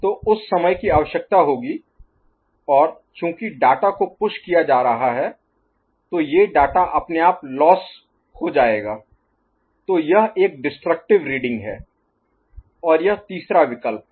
तो उस समय की आवश्यकता होगी और चूंकि डाटा को पुश किया जा रहा है तो ये डाटा अपने आप लोस्स Loss खो हो जाएगा तो यह एक डिसट्रक्टिव रीडिंग है और यह तीसरा विकल्प है